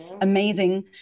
amazing